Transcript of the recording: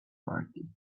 party